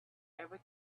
ever